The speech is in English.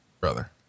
brother